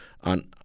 on